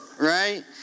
Right